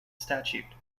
statute